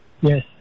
Yes